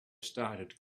started